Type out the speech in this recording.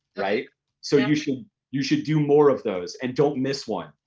like so you should you should do more of those and don't miss one,